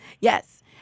yes